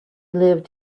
lived